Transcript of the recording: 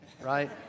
right